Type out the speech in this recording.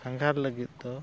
ᱥᱟᱸᱜᱷᱟᱨ ᱞᱟᱹᱜᱤᱫ ᱫᱚ